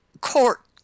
court